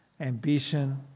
ambition